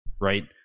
right